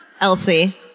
Elsie